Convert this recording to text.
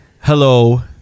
Hello